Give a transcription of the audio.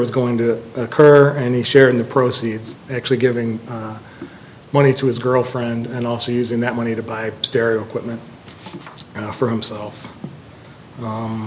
was going to occur any share in the proceeds actually giving money to his girlfriend and also using that money to buy stereo equipment for himself